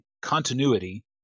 continuity